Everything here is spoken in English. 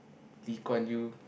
Lee Kuan Yew